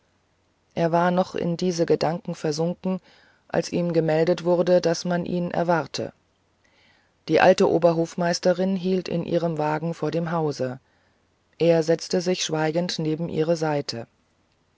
er war noch in diese gedanken versunken als ihm gemeldet wurde daß man ihn erwarte die alte oberhofmeisterin hielt in ihrem wagen vor dem hause er setzte sich schweigend neben ihre seite